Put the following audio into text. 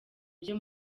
byo